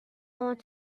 want